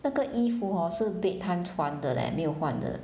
那个衣服 hor 是 bedtime 穿的 leh 没有换的